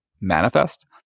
manifest